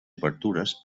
obertures